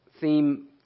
theme